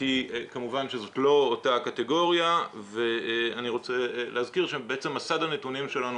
כמובן שזאת לא אותה קטגוריה ואני רוצה להזכיר שמסד הנתונים שלנו